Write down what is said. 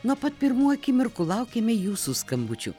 nuo pat pirmų akimirkų laukiame jūsų skambučių